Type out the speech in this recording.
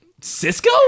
Cisco